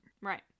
Right